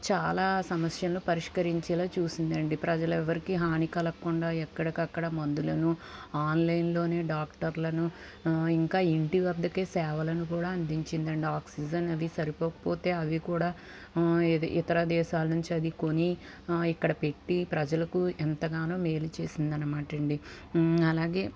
చాలా సమస్యలు పరిష్కరించేలా చూసిందండి ప్రజల ఎవ్వరికి హాని కలక్కుండా ఎక్కడకక్కడ మందులను ఆన్లైన్లోనే డాక్టర్లను ఇంకా ఇంటి వద్దకే సేవలను కూడా అందించిందండీ ఆక్సిజన్ అది సరిపోకపోతే అవి కూడా ఇతర దేశాల నుంచి అది కొని ఇక్కడ పెట్టి ప్రజలకు ఎంతగానో మేలు చేసిందన్నమాట అండీ అలాగే